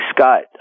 Scott